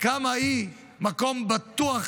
כמה היא מקום בטוח